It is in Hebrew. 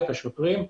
את השוטרים.